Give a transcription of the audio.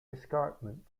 escarpment